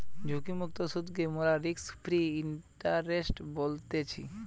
ঝুঁকিমুক্ত সুদকে মোরা রিস্ক ফ্রি ইন্টারেস্ট বলতেছি